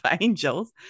angels